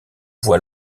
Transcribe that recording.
voit